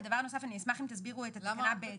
ודבר נוסף, אני אשמח אם תסבירו את תקנה (ב).